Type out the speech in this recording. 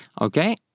okay